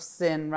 sin